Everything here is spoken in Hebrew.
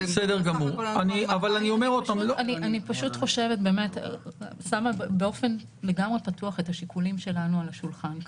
אני פשוט באמת שמה באופן לגמרי פתוח את השיקולים שלנו על השולחן כאן.